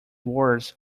words